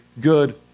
good